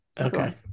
Okay